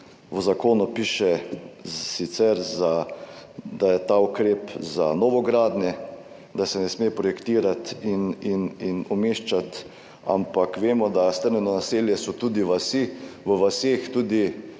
V zakonu piše sicer, da je ta ukrep za novogradnje, da se ne sme projektirati in umeščati, ampak vemo, da strnjeno naselje so tudi v vaseh,